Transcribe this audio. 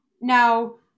Now